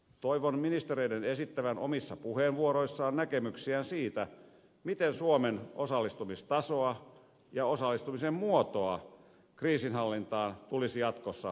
toivon ministereiden esittävän omissa puheenvuoroissaan näkemyksiään siitä miten suomen osallistumistasoa ja osallistumisen muotoa kriisinhallintaan tulisi jatkossa kehittää